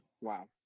Wow